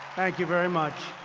thank you very much.